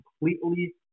completely